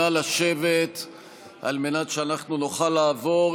נא לשבת על מנת שאנחנו נוכל לעבור,